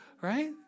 Right